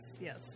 Yes